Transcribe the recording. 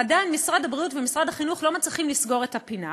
עדיין משרד הבריאות ומשרד החינוך לא מצליחים לסגור את הפינה.